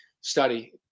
study